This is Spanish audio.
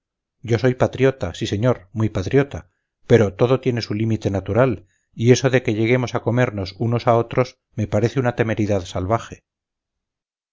yo soy patriota sí señor muy patriota pero todo tiene su límite natural y eso de que lleguemos a comernos unos a otros me parece una temeridad salvaje